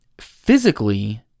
Physically